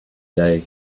day